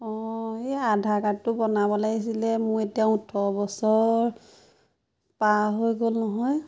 অঁ এই আধাৰ কাৰ্ডটো বনাব লাগিছিলে মোৰ এতিয়া ওঠৰ বছৰ পাৰ হৈ গ'ল নহয়